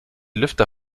lüfter